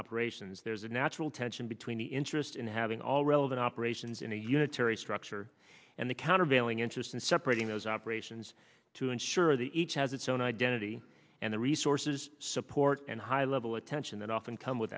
operations there's a natural tension between the interest in having all relevant operations in a unitary structure and the countervailing interest in separating those operations to ensure the each has its own identity and the resources support and high level attention that often come with